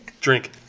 drink